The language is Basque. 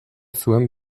zuen